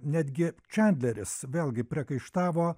netgi čadleris vėlgi priekaištavo